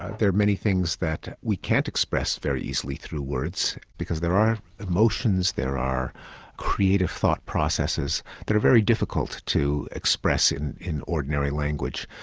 there are many things that we can't express very easily through words because there are emotions, there are creative thought processes that are very difficult to express in in ordinary language.